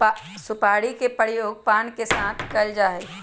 सुपारी के प्रयोग पान के साथ कइल जा हई